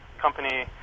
company